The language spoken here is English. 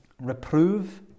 Reprove